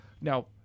now